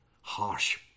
harsh